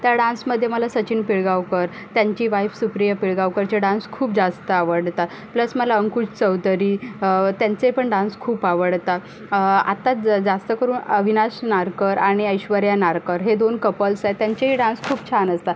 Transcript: त्या डान्समध्ये मला सचिन पिळगावकर त्यांची वाइफ सुप्रिया पिळगावकरचे डान्स खूप जास्त आवडतात प्लस मला अंकुश चौधरी त्यांचे पण डान्स खूप आवडतात आत्ता ज जास्त करून अविनाश नारकर आणि ऐश्वर्या नारकर हे दोन कपल्स आहेत त्यांचेही डान्स खूप छान असतात